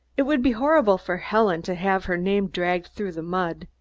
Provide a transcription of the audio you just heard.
it would be horrible for helen to have her name dragged through the mud.